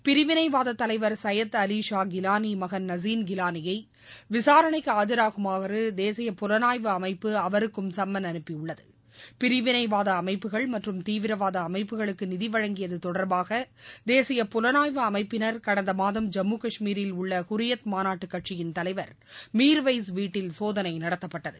பிரிவினைவாத தலைவர் சையத் அவி ஷா கிலானி மகன் நசீன் கிலானியை விசாரணைக்கு ஆஜாகுமாறு தேசிய புலனாய்வு அமைப்பு அவருக்கும் சம்மன் அனுப்பியுள்ளது பிரிவினைவாத அமைப்புகள் மற்றும் தீவிரவாத அமைப்புகளுக்கு நிதி வழங்கியது தொடர்பாக தேசிய புலனாய்வு அமைப்பினர் கடந்த மாதம் ஜம்மு காஷ்மீரில் உள்ள ஹுரியத் மாநாட்டு கட்சியின் தலைவர் மீர்வய்ஸ் வீட்டில் சோதனை நடத்தப்பட்டது